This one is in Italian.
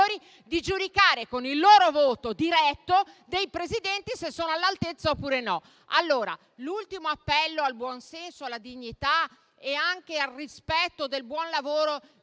di giudicare, con il loro voto diretto, se i Presidenti sono all'altezza oppure no. Allora, l'ultimo appello al buon senso, alla dignità ed anche al rispetto del buon lavoro